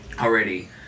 already